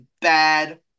bad